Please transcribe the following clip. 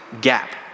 gap